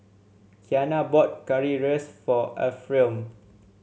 Kiana bought Currywurst for Ephriam